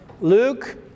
Luke